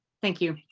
thank you.